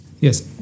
Yes